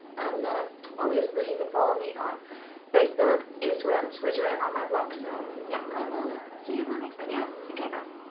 and obviously you can follow me on facebook, instagram, twitter and on my blog. so yeah, i will see you in my next video. take care,